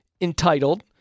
entitled